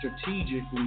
strategically